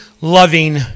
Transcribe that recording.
loving